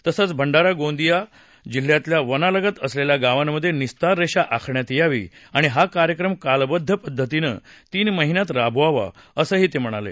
तसंच भंडारा गोंदिया जिल्ह्यातल्या वनालगत असलेल्या गावांमध्ये निस्तार रेषा आखण्यात यावी आणि हा कार्यक्रम कालबद्ध पद्धतीने तीन महिन्यात राबवावा असंही ते म्हणाले